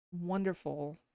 wonderful